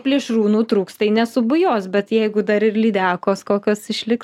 plėšrūnų trūks tai nesubujos bet jeigu dar ir lydekos kokios išliks